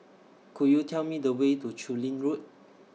Could YOU Tell Me The Way to Chu Lin Road